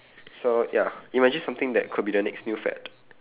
so ya imagine something that could be the next new fad